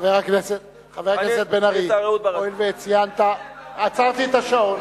חבר הכנסת בן-ארי, הואיל וציינת, עצרתי את השעון.